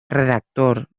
redactor